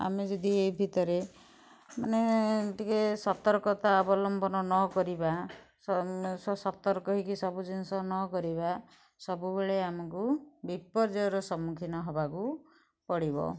ଆମେ ଯଦି ଏଇ ଭିତରେ ମାନେ ଟିକେ ସତର୍କତା ଅବଲମ୍ବନ ନକରିବା ସତର୍କ ହେଇକି ସବୁ ଜିନିଷ ନକରିବା ସବୁବେଳେ ଆମୁକୁ ବିପର୍ଯ୍ୟୟର ସମ୍ମୁଖୀନ ହେବାକୁ ପଡ଼ିବ